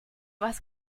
was